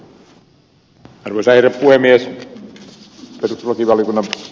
perustuslakivaliokunnan puheenjohtaja ed